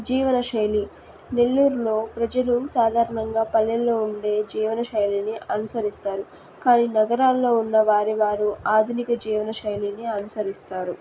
జీవనశైలి నెల్లూరులో ప్రజలు సాధారణంగా పల్లెల్లో ఉండే జీవనశైలిని అనుసరిస్తారు కానీ నగరాల్లో ఉన్న వారు వారి ఆధునిక జీవనశైలిని అనుసరిస్తారు